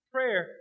Prayer